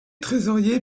trésorier